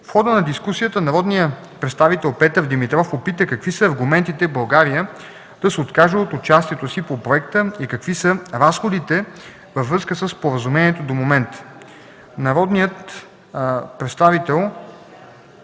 В хода на дискусията народният представител Петър Димитров попита какви са аргументите България да се откаже от участието си по проекта и какви са разходите във връзка със Споразумението до момента. Народният представител Д.